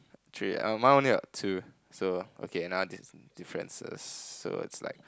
three amount to so okay now another difference so like